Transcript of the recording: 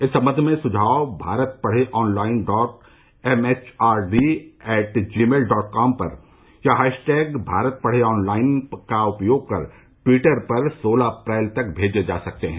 इस संबंध में सुझाव Bharat Padhe online dot MHRD at Gmail dot com पर या हैशटैग भारत पढ़े ऑनलाइन का उपयोग कर टिवटर पर सोलह अप्रैल तक भेजे जा सकते हैं